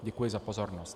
Děkuji za pozornost.